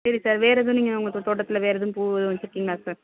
சரி சார் வேறு எதுவும் நீங்கள் உங்கள் து தோட்டத்தில் வேறு எதுவும் பூவு வச்சிருக்கிங்ளா சார்